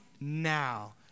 now